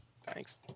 Thanks